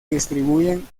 distribuyen